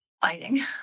Fighting